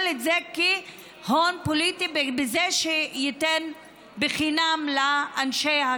את זה כהון פוליטי בזה שייתן בחינם לאנשי,